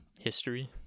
history